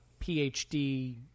phd